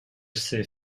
ces